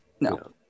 No